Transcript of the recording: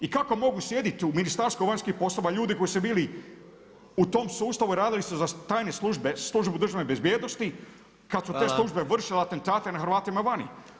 I kako mogu sjediti u Ministarstvu vanjskih poslova ljudi koji su bili u tom sustavu i radili su za tajne službe, Službu državne bezbijednosti [[Upadica predsjednik: Hvala.]] kad su te službe vršile atentate nad Hrvatima vani.